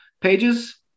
pages